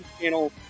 channel